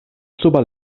suba